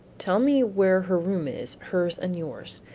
tell me where her room is, hers and yours.